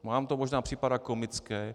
Vám to možná připadá komické.